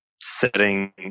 setting